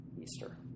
Easter